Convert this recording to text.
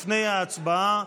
לפני ההצבעה,